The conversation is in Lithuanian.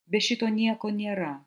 be šito nieko nėra